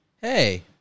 Hey